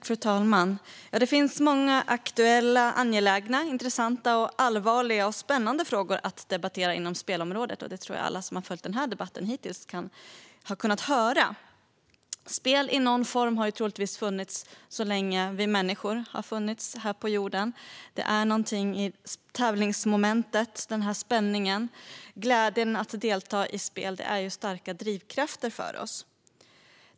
Fru talman! Det finns många aktuella, angelägna, intressanta, allvarliga och spännande frågor att debattera inom spelområdet. Det tror jag att alla som följt denna debatt hittills har kunnat höra. Spel i någon form har troligtvis funnits lika länge som vi människor har funnits här på jorden. Det är något med tävlingsmomentet - spänningen och glädjen i att delta i spel är starka drivkrafter för oss.